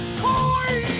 toy